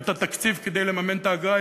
את התקציב כדי לממן את האגרה,